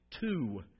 two